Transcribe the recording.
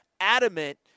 adamant